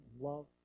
love